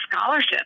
scholarship